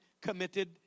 committed